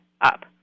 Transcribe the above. up